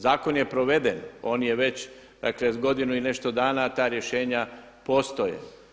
Zakon je proveden, on je već, dakle godinu i nešto dana ta rješenja postoje.